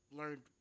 learned